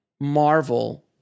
Marvel